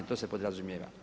To se podrazumijeva.